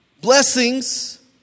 Blessings